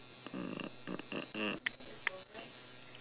mm mm mm mm